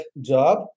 job